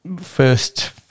first